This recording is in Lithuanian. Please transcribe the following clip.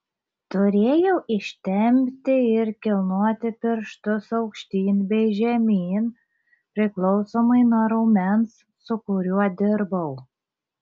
turėjau ištempti ir kilnoti pirštus aukštyn bei žemyn priklausomai nuo raumens su kuriuo dirbau